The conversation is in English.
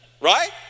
Right